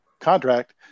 contract